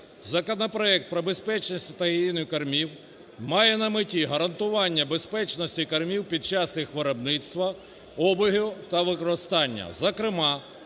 Законопроект про безпечність та гігієну кормів має на меті гарантування безпечності кормів під час їх виробництва, обігу та використання. Зокрема,